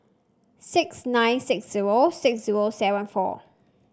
six nine six zero six zero seven four